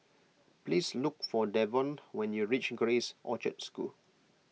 please look for Davonte when you reach Grace Orchard School